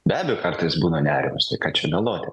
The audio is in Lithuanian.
be abejo kartais būna nerimas tai ką čia meluoti